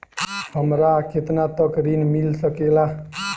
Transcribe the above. हमरा केतना तक ऋण मिल सके ला?